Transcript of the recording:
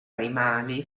animali